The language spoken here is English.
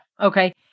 Okay